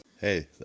Hey